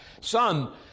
son